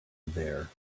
there